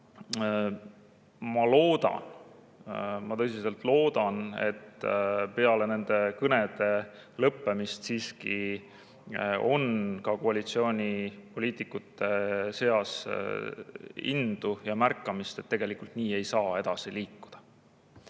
Ma loodan, ma tõsiselt loodan, et peale nende kõnede lõppemist siiski on ka koalitsioonipoliitikute seas indu ja märkamist, et tegelikult ei saa nii edasi liikuda.